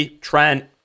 Trent